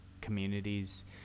communities